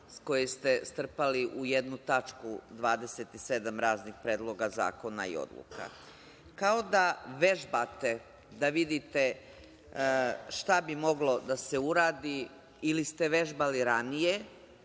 koje ste strpali u jednu tačku, 27 raznih predloga zakona i odluka? Kao da vežbate da vidite šta bi moglo da se uradi, ili ste vežbali ranije,